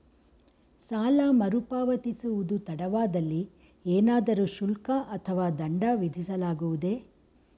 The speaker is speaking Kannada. ಸಾಲ ಮರುಪಾವತಿಸುವುದು ತಡವಾದಲ್ಲಿ ಏನಾದರೂ ಶುಲ್ಕ ಅಥವಾ ದಂಡ ವಿಧಿಸಲಾಗುವುದೇ?